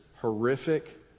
horrific